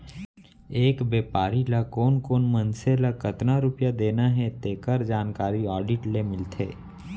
एक बेपारी ल कोन कोन मनसे ल कतना रूपिया देना हे तेखर जानकारी आडिट ले मिलथे